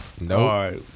No